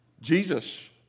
Jesus